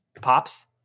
pops